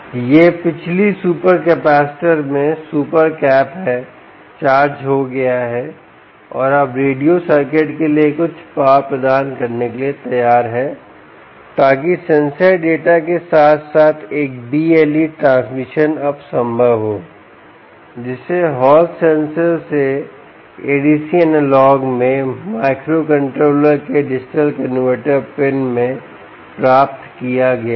यह पिछली super capacitor में सुपर कैप है चार्ज हो गया है और अब रेडियो सर्किट के लिए एक उच्च पावर प्रदान करने के लिए तैयार है ताकि सेंसर डेटा के साथ साथ एक BLE ट्रांसमिशन अब संभव हो जिसे हॉल सेंसर से ADC एनालॉग में माइक्रोकंट्रोलर के डिजिटल कनवर्टर पिन में प्राप्त किया गया था